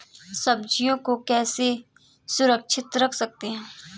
सब्जियों को कैसे सुरक्षित रख सकते हैं?